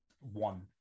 one